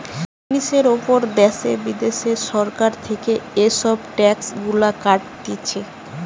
জিনিসের উপর দ্যাশে বিদ্যাশে সরকার থেকে এসব ট্যাক্স গুলা কাটতিছে